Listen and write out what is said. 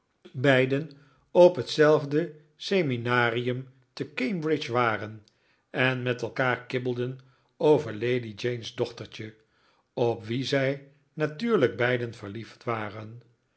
beiden op hetzelfde seminarium te cambridge waren en met elkaar kibbelden over lady jane's dochtertje op wie zij natuurlijk beiden verliefd waren